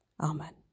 Amen